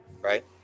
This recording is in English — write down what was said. right